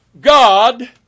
God